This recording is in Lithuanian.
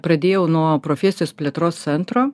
pradėjau nuo profesijos plėtros centro